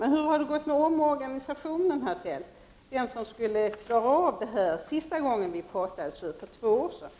Men hur har det gått med den omorganisation som senaste gången vi talades vid om det här — för två år sedan — skulle lösa det här problemet, herr Feldt?